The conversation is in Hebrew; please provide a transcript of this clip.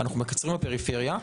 אנחנו מקצרים בפריפריה,